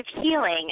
healing